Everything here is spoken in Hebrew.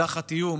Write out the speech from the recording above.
תחת איום,